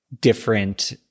different